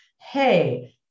hey